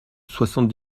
soixante